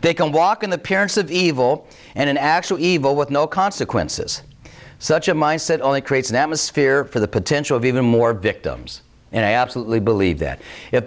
they can walk in the parents of evil and in actual evil with no consequences such a mindset only creates an atmosphere for the potential of even more victims and i absolutely believe that if